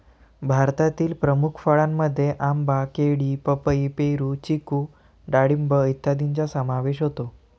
भारतातील प्रमुख फळांमध्ये आंबा, केळी, पपई, पेरू, चिकू डाळिंब इत्यादींचा समावेश होतो